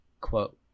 quote